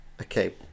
Okay